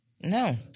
No